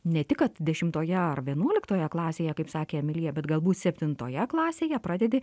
ne tik kad dešimtoje ar vienuoliktoje klasėje kaip sakė emilija bet galbūt septintoje klasėje pradedi